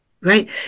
right